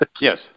Yes